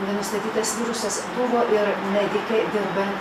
nenustatytas virusas buvo ir medikei dirbant